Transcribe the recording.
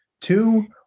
Two